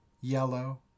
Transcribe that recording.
yellow